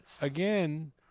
again